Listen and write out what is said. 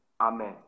Amen